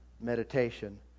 Meditation